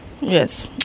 Yes